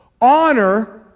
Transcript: honor